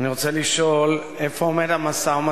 אני רוצה לשאול: 1. איפה עומד המשא-ומתן